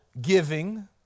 giving